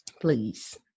Please